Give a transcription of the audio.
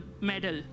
medal